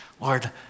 Lord